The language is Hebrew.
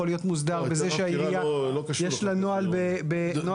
יכול להיות מוסדר בזה שהעירייה יש לה נוהל כבעל